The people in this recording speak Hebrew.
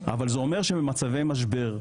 אבל זה אומר שבמצבי משבר,